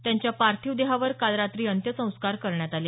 त्यांच्या पार्थिव देहावर काल रात्री अंत्यसंस्कार करण्यात आले